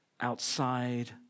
outside